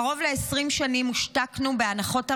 קרוב ל-20 שנים הושתקנו בהנחות ארנונה,